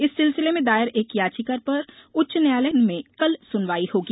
इस सिलसिले में दायर एक याचिका पर उच्च न्यायालय में कल सुनवाई होगी